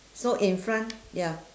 so in front ya